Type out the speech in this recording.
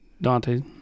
dante